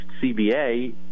CBA